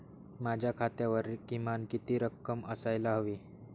माझ्या खात्यावर किमान किती रक्कम असायला हवी?